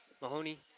Mahoney